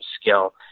skill